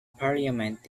parliament